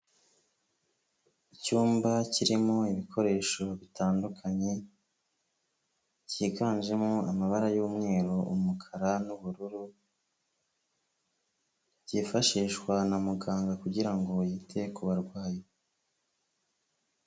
Icyumba kirimo ibikoresho bitandukanye byiganjemo amabara y'umweru, umukara n'ubururu, byifashishwa na muganga kugira ngo yite ku barwayi.